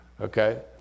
Okay